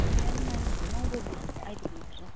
बिहान नानीहरू नौ बजी आइपुग्नु पर्छ